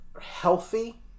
healthy